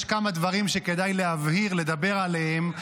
יש כמה דברים שכדאי להבהיר, לדבר עליהם.